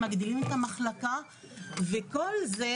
מגדילים את המחלקה וכל זה,